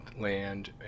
land